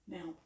Now